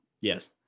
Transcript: yes